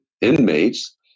inmates